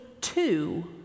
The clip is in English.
two